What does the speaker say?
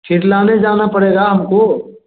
फिर लाने जाना पड़ेगा हमको